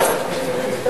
תודה.